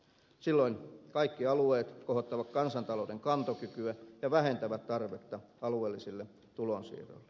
silloin kaikki alueet kohottavat kansantalouden kantokykyä ja vähentävät tarvetta alueellisille tulonsiirroille